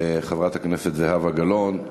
חברת הכנסת זהבה גלאון.